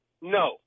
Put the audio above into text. no